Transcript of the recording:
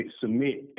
submit